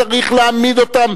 צריך להעמיד אותם,